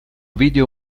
video